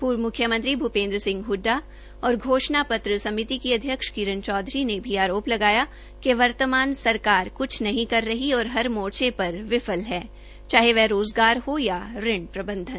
पूर्व मुख्यमंत्री भूपेन्द्र सिंह हडडा और घोषणा पत्र समिति की अध्यक्ष किरण चौधरी ने भी आरोप लगाया कि वर्तमान सरकार कुछ नहीं कर रही और हर मोर्च पर नाकाम है चाहें वह रोज़गार हो या ऋण प्रबंधन